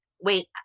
wait